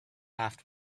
laughed